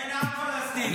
אין עם פלסטיני, אין.